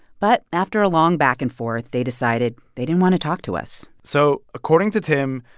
but after a long back-and-forth, they decided they didn't want to talk to us so according to tim,